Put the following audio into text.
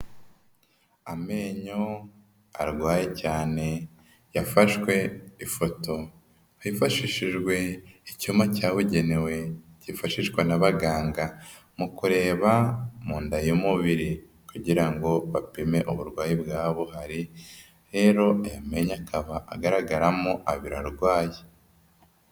Amenyo arwaye cyane, yafashwe ifoto hifashishijwe icyuma cyabugenewe gifashishwa n'abaganga mu kureba mu nda y'umubiri kugira ngo bapime uburwayi bwaba buhari, rero aya menyo akaba agaragaramo abiri arwaye.